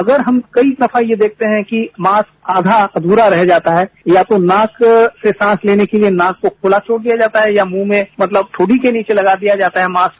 अगर हम कई दफा ये देखते है कि मास्क आधा अध्रा रह जाता है या तो मास्क से सांस लेने के लिए नाक को खुला छोड़ दिया जाता है या मुंह में मतलब ठोड़ी के नीचे लगा दिया जाता है मास्क